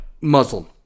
Muslim